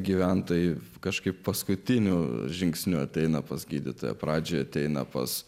gyventojai kažkaip paskutiniu žingsniu ateina pas gydytoją pradžioje ateina pas